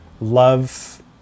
love